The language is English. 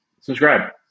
subscribe